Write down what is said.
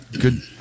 good